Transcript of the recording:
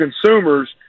consumers